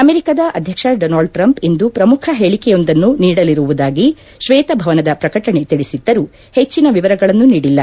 ಅಮೆರಿಕದ ಅಧ್ಯಕ್ಷ Donald Trump ಇಂದು ಪ್ರಮುಖ ಹೇಳಿಕೆಯೊಂದನ್ನು ನೀಡಲಿರುವುದಾಗಿ ಶ್ವೇತಭವನದ ಪ್ರಕಟಣೆ ತಿಳಿಸಿದ್ದರೂ ಹೆಚ್ಚಿನ ವಿವರಗಳನ್ನು ನೀಡಿಲ್ಲ